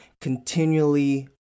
continually